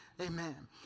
Amen